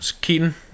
Keaton